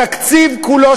התקציב כולו,